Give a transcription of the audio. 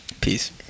Peace